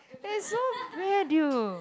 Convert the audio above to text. that's so bad you